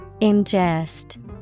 Ingest